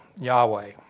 Yahweh